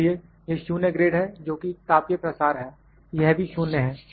इसलिए यह 0 ग्रेड है जोकि तापीय प्रसार है यह भी 0 है